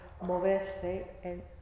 moverse